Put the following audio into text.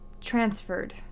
transferred